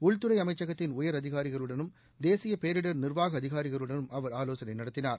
உள்துறை அமைச்சகத்தின் உயர் அதிகாரிகளும் தேசிய பேரிடர் நிர்வாக அதிகாரிகளுடனும் அவர் ஆலோசனை நடத்தினார்